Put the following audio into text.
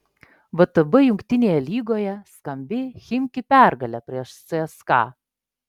vtb jungtinėje lygoje skambi chimki pergalė prieš cska